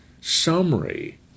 summary